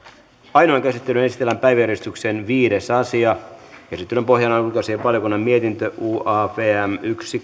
ainoaan käsittelyyn esitellään päiväjärjestyksen viides asia käsittelyn pohjana on ulkoasiainvaliokunnan mietintö yksi